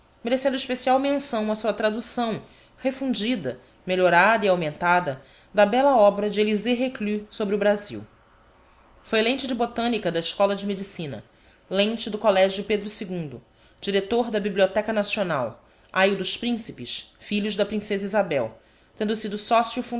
merecendo especial mensão a sua traducçâo refundida melhorada e augmentada da bella obra de elisée reclus sobre o brasil foi lente de botânica da escola de medicina lente do collegio pedro ii director da bibliotheca nacional aio dos príncipes filhos da princeza isabel tendo sido sócio